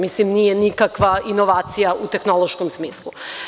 Mislim, to nije nikakva inovacija u tehnološkom smislu.